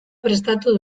prestatu